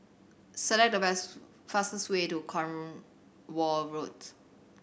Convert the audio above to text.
select the fastest way to Cornwall Road